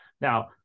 now